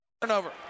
turnover